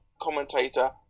commentator